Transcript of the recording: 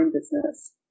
business